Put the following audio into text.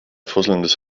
fusselndes